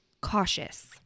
cautious